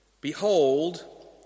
Behold